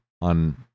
on